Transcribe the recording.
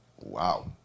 Wow